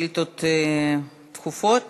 סגן מזכירת הכנסת נאזם בדר: 6 שאילתות דחופות